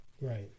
Right